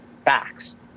facts